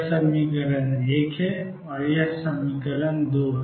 यह समीकरण 1 है यह समीकरण 2 है